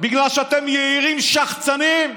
בגלל שאתם יהירים, שחצנים,